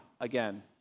again